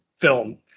film